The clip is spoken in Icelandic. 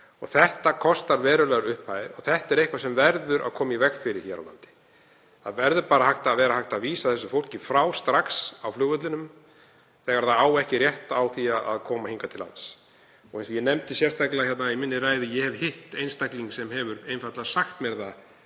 og það kostar verulegar upphæðir. Þetta er nokkuð sem verður að koma í veg fyrir hér á landi. Það verður að vera hægt að vísa þessu fólki frá strax á flugvellinum þegar það á ekki rétt á því að koma hingað til lands, eins og ég nefndi sérstaklega í ræðu minni. Ég hef hitt einstakling sem hefur sagt mér að